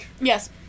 Yes